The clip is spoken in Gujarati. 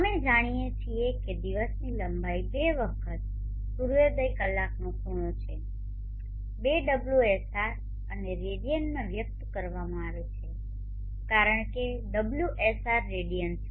અમે જાણીએ છીએ કે દિવસની લંબાઈ બે વખત સૂર્યોદય કલાકનો ખૂણો છે 2 ωsr અને રેડિયન માં વ્યક્ત કરવામાં આવે છે કારણ કે ωsr રેડિયન છે